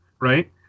right